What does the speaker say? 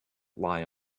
lie